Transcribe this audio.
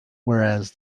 whereas